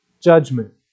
judgment